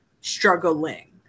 struggling